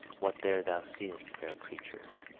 what there thou seest, fair creature,